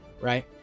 right